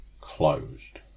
closed